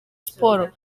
sport